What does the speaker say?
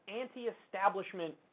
anti-establishment